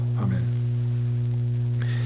Amen